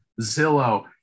Zillow